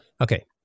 okay